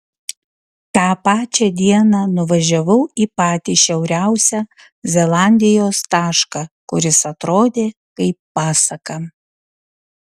tą pačią dieną nuvažiavau į patį šiauriausią zelandijos tašką kuris atrodė kaip pasaka